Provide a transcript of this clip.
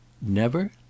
Never